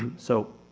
so,